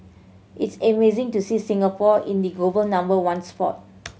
it's amazing to see Singapore in the global number one spot